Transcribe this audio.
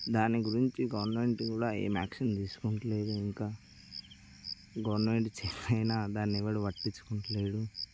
దాని గురించి గవర్నమెంట్ కూడా ఏం యాక్షన్ తీసుకోవడంలేదు ఇంకా గవర్నమెంట్ చేయకపోయినా దాన్ని ఎవడు పట్టించుకోవడంలేదు